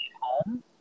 home